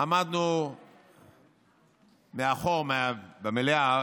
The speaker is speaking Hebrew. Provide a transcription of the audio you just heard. עמדנו מאחור במליאה,